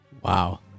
Wow